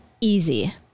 easy